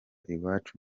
iwacu